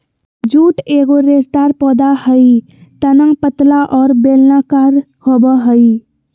jute एगो रेशेदार पौधा हइ तना पतला और बेलनाकार होबो हइ